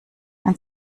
ein